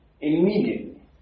immediately